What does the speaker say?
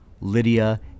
Lydia